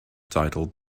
titled